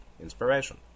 inspiration